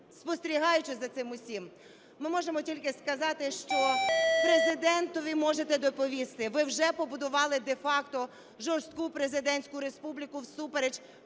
спостерігаючи за цим усім, ми можемо тільки сказати, що Президентові можете доповісти: ви вже побудували де-факто жорстку президентську республіку всупереч